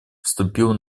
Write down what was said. вступил